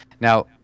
now